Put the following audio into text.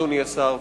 אדוני השר,